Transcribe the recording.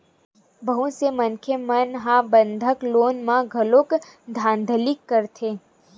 बहुत से मनखे मन ह बंधक लोन म घलो धांधली करथे